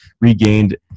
regained